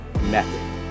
method